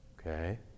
Okay